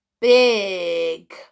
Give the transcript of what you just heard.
big